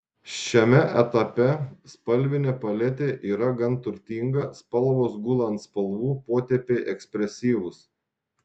šiame etape spalvinė paletė yra gan turtinga spalvos gula ant spalvų potėpiai ekspresyvūs